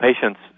patients